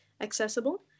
accessible